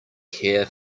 care